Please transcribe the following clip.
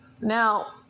Now